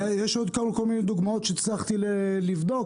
יש עוד כמה דוגמאות שהצלחתי לבדוק,